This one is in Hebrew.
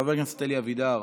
חברת הכנסת סונדוס סאלח,